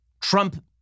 Trump